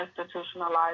Institutionalized